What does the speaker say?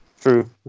True